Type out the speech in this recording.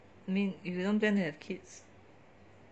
I mean if you don't plan to have kids